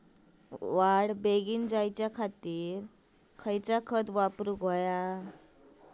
वाढ बेगीन जायच्या खातीर कसला खत वापराचा?